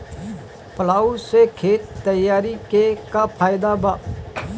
Plough से खेत तैयारी के का फायदा बा?